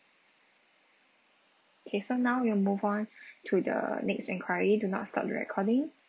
okay so now we'll move on to the next enquiry do not stop the recording